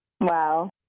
Wow